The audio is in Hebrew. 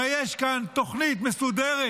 הרי יש כאן תוכנית מסודרת